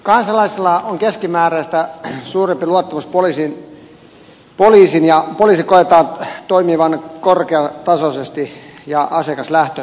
kansalaisilla on keskimääräistä suurempi luottamus poliisiin ja poliisin koetaan toimivan korkeatasoisesti ja asiakaslähtöisesti